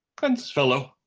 hence, fellow.